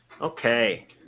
Okay